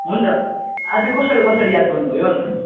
हुन्छ आज कसरी कसरी याद गर्नु भयो अन्त